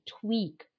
tweak